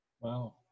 Wow